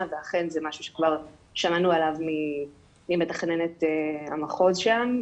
ואכן זה משהו שכבר שמענו עליו ממתכננת המחוז שם,